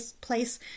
place